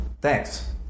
thanks